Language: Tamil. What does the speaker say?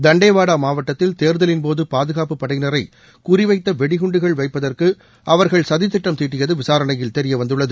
தண்டேவாடா மாவட்டத்தில் தேர்தலின்போது பாதுகாப்புப் படையினரை குறிவைத்த வெடிகுண்டுகள் வைப்பதற்கு அவர்கள் சதித்திட்டம் தீட்டியது விசாரணையில் தெரிவந்துள்ளது